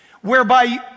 whereby